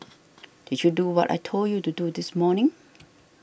did you do what I told you to do this morning